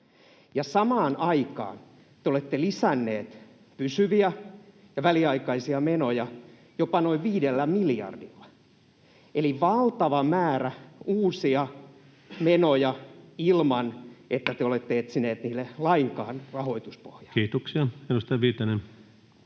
samaan aikaan te olette lisänneet pysyviä ja väliaikaisia menoja jopa noin 5 miljardilla. Eli valtava määrä uusia menoja ilman, että te olette etsineet niille lainkaan rahoituspohjaa. Kiitoksia. — Edustaja Viitanen.